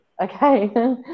Okay